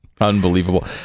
unbelievable